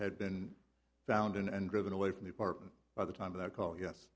had been found and driven away from the apartment by the time of the call yes